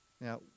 now